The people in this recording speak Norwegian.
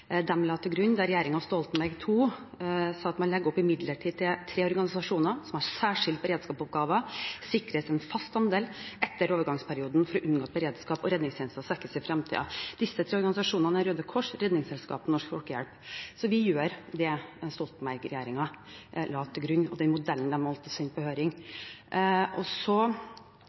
la til grunn, der regjeringen Stoltenberg II sa at man «legger imidlertid opp til at tre organisasjoner som har særskilte beredskapsoppgaver sikres en fast andel etter overgangsperioden for å unngå at beredskap- og redningstjenester svekkes i fremtiden». Disse tre organisasjonene var Røde Kors, Redningsselskapet og Norsk Folkehjelp. Så vi gjør det som Stoltenberg-regjeringen la til grunn, følger den modellen som de valgte å sende på høring. Så